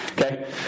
okay